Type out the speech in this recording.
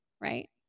right